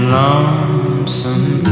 lonesome